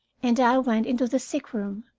and i went into the sickroom.